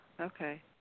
Okay